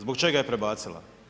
Zbog čega je prebacila?